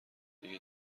دیگه